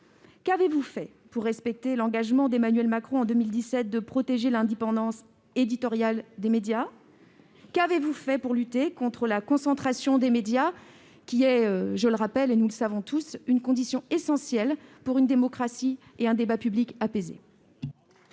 qu'avez-vous fait pour respecter l'engagement pris par Emmanuel Macron en 2017 de protéger l'indépendance éditoriale des médias ? Qu'avez-vous fait pour lutter contre la concentration des médias, préservant ainsi une condition essentielle pour la démocratie et un débat public apaisé ?